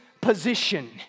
position